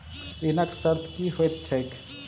ऋणक शर्त की होइत छैक?